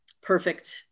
perfect